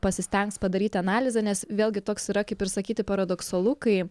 pasistengs padaryti analizę nes vėlgi toks yra kaip ir sakyti paradoksalu kai